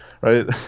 right